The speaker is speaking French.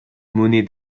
monnaie